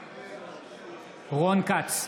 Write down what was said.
בעד רון כץ,